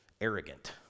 arrogant